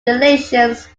relations